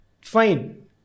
Fine